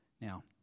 now